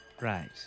Right